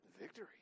Victory